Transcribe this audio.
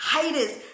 haters